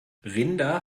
rinder